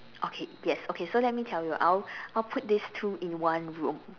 okay yes okay so let me tell you I will I will put these two in one room